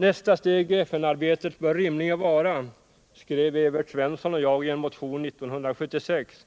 Nästa steg i FN-arbetet bör rimligen vara, skrev Evert Svensson och jag i en motion 1976,